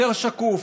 יותר שקוף.